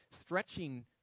stretching